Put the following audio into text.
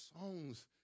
songs